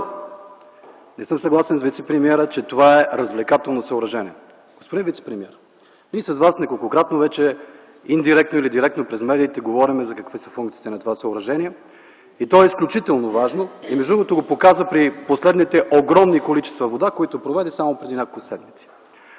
не съм съгласен с вицепремиера, че това е развлекателно съоръжение. Господин вицепремиер, ние с Вас неколкократно вече индиректно или директно през медиите говорим какви са функциите на това съоръжение. То е изключително важно. Между другото, го показа при последните огромни количества вода, които проведе само преди няколко седмици.